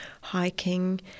hiking